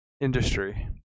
industry